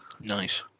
nice